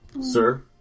sir